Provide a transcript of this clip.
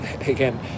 again